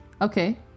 Okay